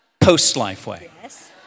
Post-Lifeway